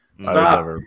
stop